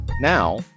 now